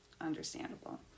Understandable